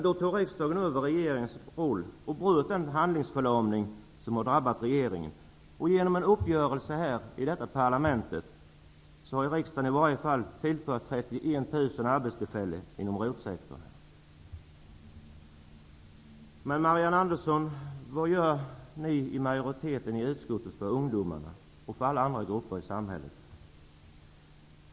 Då tog riksdagen över regeringens roll och bröt den handlingsförlamning som hade drabbat regeringen. Genom en uppgörelse här i parlamentet har riksdagen i varje fall tillfört 31 000 arbetstillfällen inom ROT-sektorn. Men, Marianne Andersson, vad gör ni i utskottsmajoriteten för ungdomarna och för alla andra grupper i samhället?